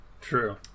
True